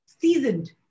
seasoned